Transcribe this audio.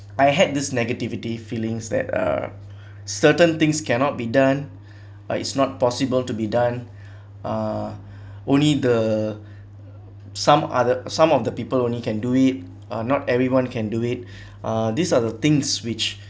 I had this negativity feelings that uh certain things cannot be done but it's not possible to be done uh only the some other some of the people only can do it uh not everyone can do it uh these are the things which